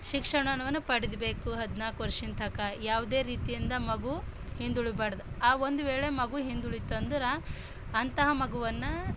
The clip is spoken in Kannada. ಶಿಕ್ಷಣವನ್ನು ಪಡಿಬೇಕು ಹದಿನಾಲ್ಕು ವರ್ಷದ್ ತನಕ ಯಾವುದೇ ರೀತಿಯಿಂದ ಮಗು ಹಿಂದುಳಿಬಾರ್ದು ಆ ಒಂದು ವೇಳೆ ಮಗು ಹಿಂದುಳೀತು ಅಂದ್ರೆ ಅಂತಹ ಮಗುವನ್ನು